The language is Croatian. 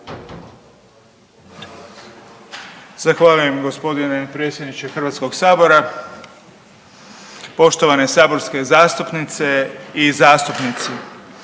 Zahvaljujem gospodine predsjedniče Hrvatskog sabora. Poštovane saborske zastupnice i zastupnici,